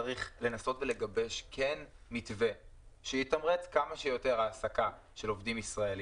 צריך לנסות ולגבש מתווה שיתמרץ כמה שיותר העסקה של עובדים ישראלים.